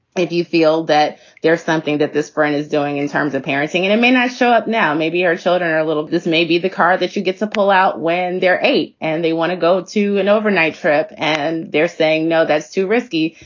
if you feel that there's something that this friend is doing in terms of parenting and it may not show up now, maybe our children are a little bit this may be the car that you get to pull out when they're eight and they want to go to an overnight trip and they're saying, no, that's too risky.